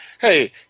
Hey